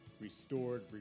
restored